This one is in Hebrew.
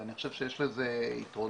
ואני חושב שיש בזה יתרונות,